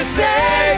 say